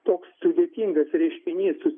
toks sudėtingas reiškinys